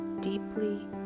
deeply